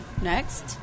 Next